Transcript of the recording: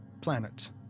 planet